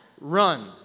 run